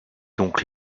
donc